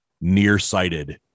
nearsighted